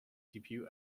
debut